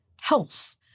health